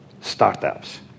startups